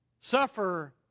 suffer